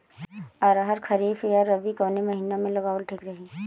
अरहर खरीफ या रबी कवने महीना में लगावल ठीक रही?